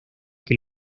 que